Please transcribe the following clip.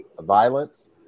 violence